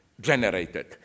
generated